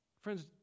Friends